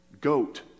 goat